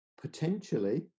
potentially